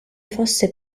fosse